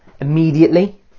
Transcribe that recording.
immediately